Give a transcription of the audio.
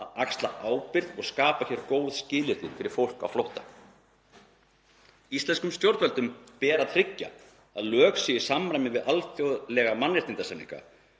að axla ábyrgð og skapa hér góð skilyrði fyrir fólk á flótta. Íslenskum stjórnvöldum ber að tryggja að lög séu í samræmi við alþjóðlega mannréttindasamninga,